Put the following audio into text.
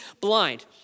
blind